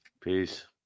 Peace